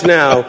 now